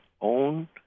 own